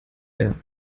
bär